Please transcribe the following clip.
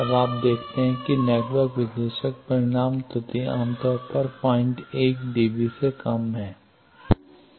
अब आप देखते हैं कि नेटवर्क विश्लेषक परिमाण त्रुटि आमतौर पर 01 db से कम है